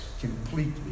completely